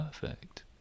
perfect